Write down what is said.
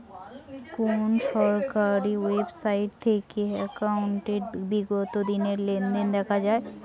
কোন সরকারি ওয়েবসাইট থেকে একাউন্টের বিগত দিনের লেনদেন দেখা যায়?